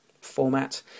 format